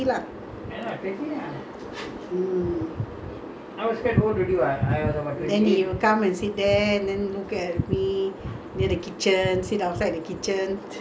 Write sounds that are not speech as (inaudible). then you come and sit there then look at me near the kitchen sit outside the kitchen then my mother will come and chase him off மணி ஆயிடுச்சு தம்பி:mani aayiduchi thambi (laughs)